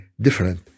different